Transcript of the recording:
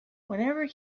whenever